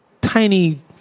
tiny